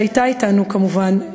שהייתה אתנו כמובן,